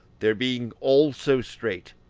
their being all so straight,